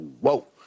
whoa